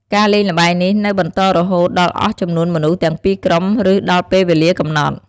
ការលេងល្បែងនេះនៅបន្តរហូតដល់អស់ចំនួនមនុស្សទាំងពីរក្រុម ឬដល់ពេលវេលាកំណត់។